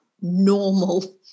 normal